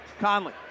Conley